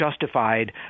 justified